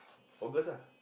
August ah